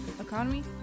economy